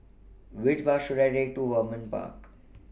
Which Bus should I Take to Vernon Park